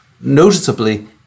noticeably